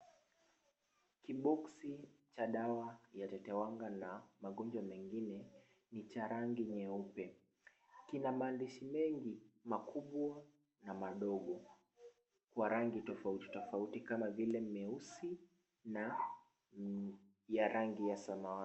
Kiboksi cha dawa ya tetewanga na magonjwa mengine ni cha rangi nyeupe. Kina mandishi mengi makubwa na madogo kwa rangi tofauti tofauti kama vile meusi na ya rangi ya samawati.